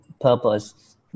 purpose